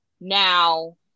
now